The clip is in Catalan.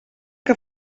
que